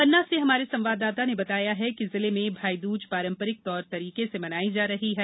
पन्ना से हमारे संवाददाता ने बताया है कि जिले में पारंपरिक तौर तरीके से मनाई जा रही है